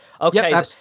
okay